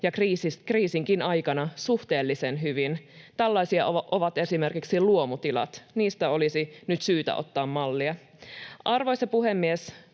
ja kriisin aikanakin suhteellisen hyvin. Tällaisia ovat esimerkiksi luomutilat. Niistä olisi nyt syytä ottaa mallia. Arvoisa puhemies!